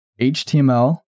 HTML